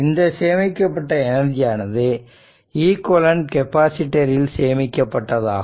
இந்த சேமிக்கப்பட்ட எனர்ஜியானது ஈக்விவேலன்ட் கெப்பாசிட்டர் ல் சேமிக்கப்பட்டதாகும்